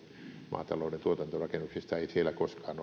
maatalouden tuotantorakennuksista ei siellä koskaan